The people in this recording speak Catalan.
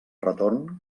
retorn